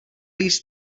least